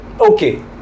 Okay